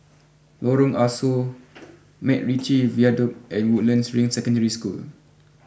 Lorong Ah Soo MacRitchie Viaduct and Woodlands Ring Secondary School